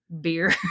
beer